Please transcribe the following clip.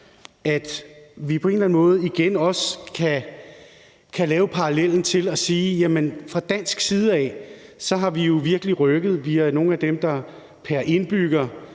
at vi på en eller anden måde igen også kan lave parallellen til at sige, at vi fra dansk side af jo virkelig har rykket. Vi er nogle af dem, der pr. indbygger